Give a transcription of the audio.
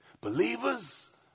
Believers